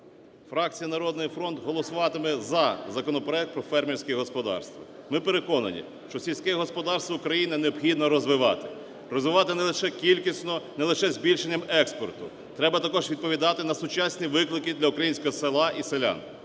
Фракція "Народний фронт" голосуватиме за законопроект про фермерські господарства. Ми переконані, що сільське господарство України необхідно розвивати, розвивати не лише кількісно, не лише збільшенням експорту. Треба також відповідати на сучасні виклики для українського села і селян.